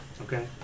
Okay